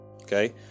Okay